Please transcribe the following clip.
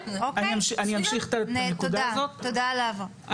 תודה על ההבהרה.